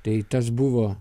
tai tas buvo